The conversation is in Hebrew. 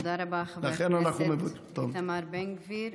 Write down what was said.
תודה רבה לחבר הכנסת איתמר בן גביר.